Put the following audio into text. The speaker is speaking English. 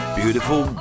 beautiful